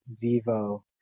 vivo